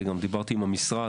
דיברתי עם המשרד,